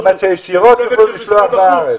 צוות של משרד החוץ.